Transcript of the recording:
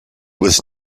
was